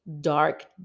dark